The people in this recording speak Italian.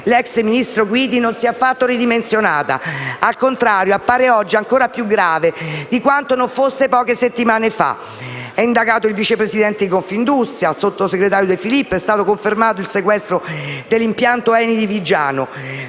l'ex ministro Guidi non si è affatto ridimensionata. Al contrario, appare oggi ancora più grave di quanto non fosse poche settimane fa. È indagato il vicepresidente di Confindustria, il sottosegretario De Filippo; è stato confermato il sequestro dell'impianto ENI di Viggiano.